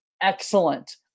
excellent